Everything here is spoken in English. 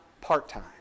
part-time